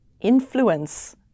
influence